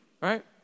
Right